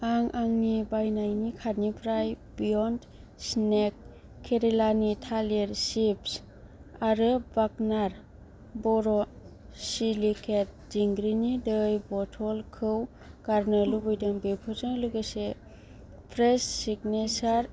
आं आंनि बायनायनि कार्टनिफ्राय बेयन्द स्नेक केरालानि थालिर चिप्स आरो बार्गनार बर'सिलिकेट दिंग्रिनि दै बथलखौ गारनो लुबैदों बेफोरजों लोगोसे फ्रेस' सिगनेसार